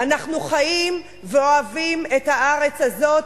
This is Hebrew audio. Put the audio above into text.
אנחנו חיים ואוהבים את הארץ הזאת,